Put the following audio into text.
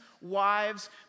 wives